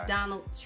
Donald